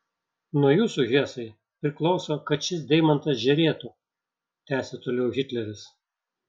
nuo jūsų hesai priklauso kad šis deimantas žėrėtų tęsė toliau hitleris